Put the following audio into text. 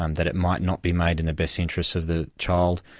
um that it might not be made in the best interests of the child,